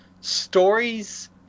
Stories